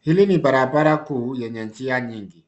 Hili ni barabara kuu yenye njia nyingi.